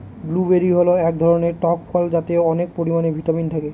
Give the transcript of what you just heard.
blueberry হল এক ধরনের টক ফল যাতে অনেক পরিমানে ভিটামিন থাকে